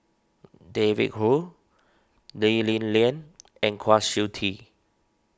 David Kwo Lee Li Lian and Kwa Siew Tee